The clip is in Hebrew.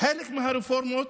חלק מהרפורמות,